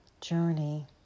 journey